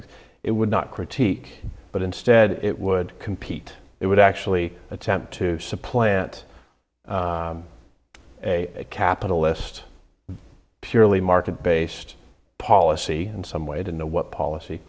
that it would not critique but instead it would compete it would actually attempt to supplant a capitalist purely market based policy and some way to know what